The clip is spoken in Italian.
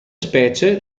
specie